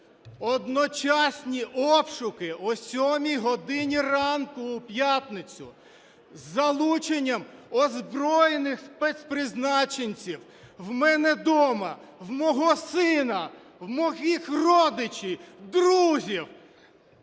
одночасні обшуки о сьомій годині ранку в п'ятницю із залученням озброєних спецпризначенців у мене дома, в мого сина, в моїх родичів, друзів.